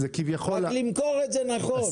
צריך רק למכור את זה נכון.